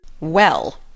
Well